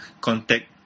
contact